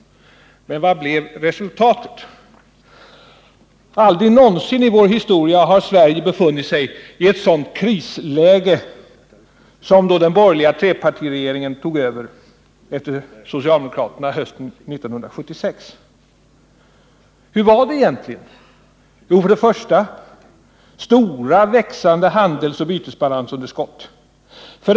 Men vad blev resultatet? Aldrig någonsin i vår historia har Sverige befunnit sig i ett sådant krisläge som då den borgerliga trepartiregeringen tog över efter socialdemokraterna hösten 1976. Hur var det egentligen? 1. Vi hade stora och växande handelsoch bytesbalansunderskott. 2.